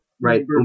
Right